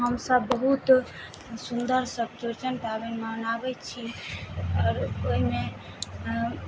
हमसब बहुत सुन्दरसँ चोरचन पाबनि मनाबै छी आओर ओहिमे